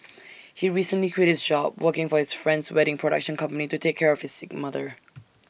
he recently quit his job working for his friend's wedding production company to take care of his sick mother